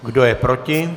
Kdo je proti?